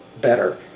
better